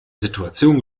situation